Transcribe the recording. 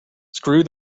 screw